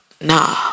Nah